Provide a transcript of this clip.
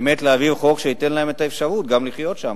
באמת להעביר חוק שייתן להם את האפשרות לחיות שם.